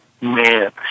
man